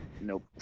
Nope